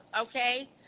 okay